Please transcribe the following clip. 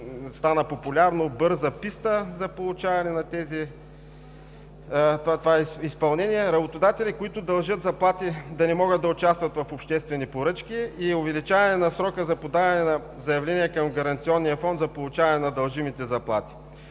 стана популярно „бърза писта“ за получаване на това изпълнение, работодатели, които дължат заплати, да не могат да участват в обществени поръчки и увеличаване срока за подаване на заявления към Гаранционния фонд за получаване на дължимите заплати.